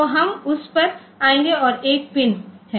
तो हम उस पर आएंगे और एक पिन है